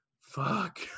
fuck